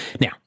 Now